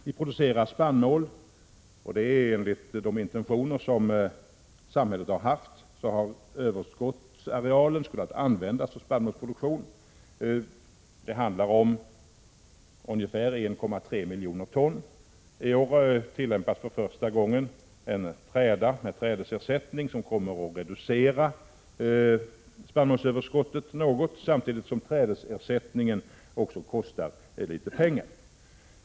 Vi producerar spannmål. Enligt de intentioner som samhället har haft har överskottsarealen skolat användas för spannmålsproduktion. Det handlar om ungefär 1,3 miljoner ton. I år tillämpas för första gången en träda med I trädesersättning, som kommer att reducera spannmålsöverskottet något, I samtidigt som den kostar en del pengar.